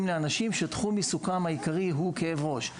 לאנשים שתחום עיסוקם העיקרי הוא כאב ראש.